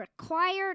required